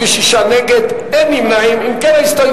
נגד, 56,